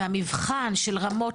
והמבחן של רמות,